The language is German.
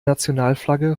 nationalflagge